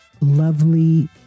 lovely